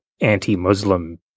anti-Muslim